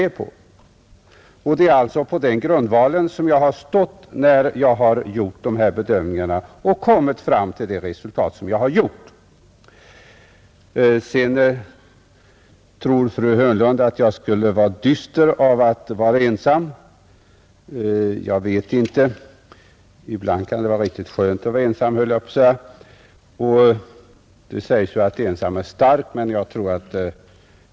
Det är alltså på denna grund jag har stått när jag gjort dessa bedömningar och kommit fram till det resultat som jag här har redovisat. Sedan tror fru Hörnlund att jag skulle vara dyster av att vara ensam. Jag vet inte. Ibland kan det vara riktigt skönt att vara ensam, höll jag på att säga. Det sägs ju att ensam är stark men kanske inte när det gäller reservationer.